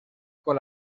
con